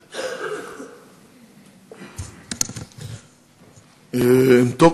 טוב,